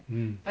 mm